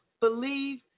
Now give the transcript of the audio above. believe